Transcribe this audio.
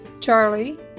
Charlie